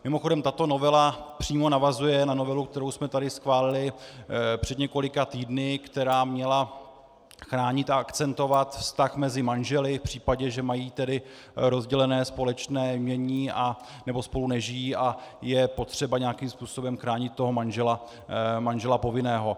Mimochodem, tato novela přímo navazuje na novelu, kterou jsme tu schválili před několika týdny, která měla chránit a akcentovat vztah mezi manželi v případě, že mají rozdělené společné jmění nebo spolu nežijí a je potřeba nějakým způsob chránit manžela povinného.